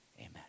Amen